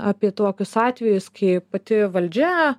apie tokius atvejus kai pati valdžia